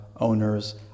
owners